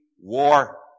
war